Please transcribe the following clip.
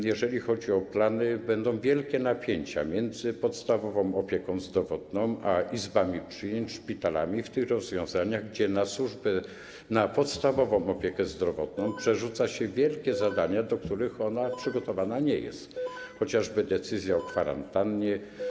A jeżeli chodzi o plany, będą wielkie napięcia między podstawową opieką zdrowotną a izbami przyjęć, szpitalami, przy tych rozwiązaniach, gdzie na podstawową opiekę zdrowotną przerzuca się wielkie zadania, do których ona przygotowana nie jest, chociażby decyzję o kwarantannie.